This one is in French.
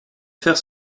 faire